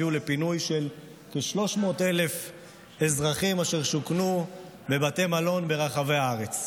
הביאה לפינוי של כ-300,000 אזרחים אשר שוכנו בבתי מלון ברחבי הארץ.